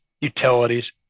utilities